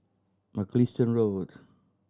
Mugliston Road